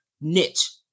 niche